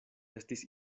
estis